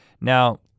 Now